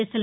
SL